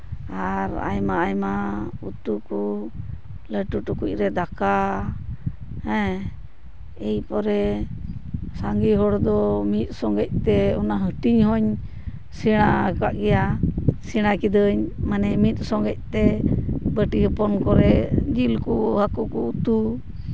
ᱟᱨ ᱟᱭᱢᱟ ᱟᱭᱢᱟ ᱩᱛᱩ ᱠᱚ ᱞᱟᱹᱴᱩ ᱴᱩᱠᱩᱡ ᱨᱮ ᱫᱟᱠᱟ ᱦᱮᱸ ᱮᱨ ᱯᱚᱨᱮ ᱥᱟᱸᱜᱮ ᱦᱚᱲ ᱫᱚ ᱢᱤᱫ ᱥᱚᱸᱜᱮᱜ ᱛᱮ ᱚᱱᱟ ᱦᱟᱹᱴᱤᱧ ᱦᱚᱧ ᱥᱮᱬᱟᱣ ᱠᱟᱜ ᱜᱮᱭᱟ ᱥᱮᱬᱟ ᱠᱤᱫᱟᱹᱧ ᱢᱟᱱᱮ ᱢᱤᱫ ᱥᱚᱸᱜᱮᱜ ᱛᱮ ᱵᱟᱹᱴᱤ ᱦᱚᱯᱚᱱ ᱠᱚᱨᱮᱫ ᱡᱤᱞ ᱠᱚ ᱦᱟᱹᱠᱩ ᱠᱚ ᱩᱛᱩ